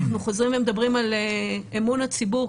אנחנו חוזרים ומדברים על אמון הציבור,